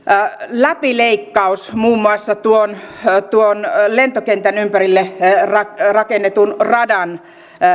läpileikkaus muun muassa tuon tuon lentokentän ympärille rakennetun radan